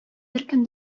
беркем